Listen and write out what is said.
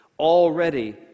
Already